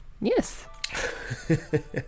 yes